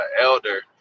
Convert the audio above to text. elder